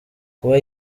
kuba